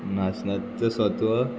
नाचण्याचें सत्व